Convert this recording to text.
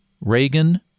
Reagan